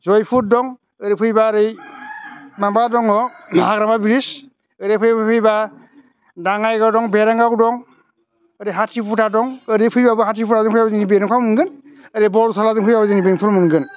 जयफुर दं ओरै फैब्ला ओरै माबा दङ हाग्रामा ब्रिडज ओरै फैब्ला दाङाइगाव दं बेरेंगाव दं ओरै हाथिबुथा दं ओरै फैब्लाबो हाथिबुथाजों फैब्लाबो बेरांगाव मोनगोन ओरै बरथलाजों फैब्लाबो बेंथल मोनगोन